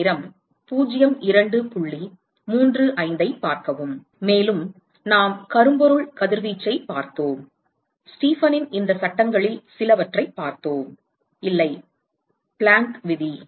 மேலும் நாம் கரும்பொருள் கதிர்வீச்சைப் பார்த்தோம் ஸ்டீபனின் இந்தச் சட்டங்களில் சிலவற்றைப் பார்த்தோம் இல்லை பிளாங்க் விதி Planck's law